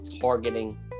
targeting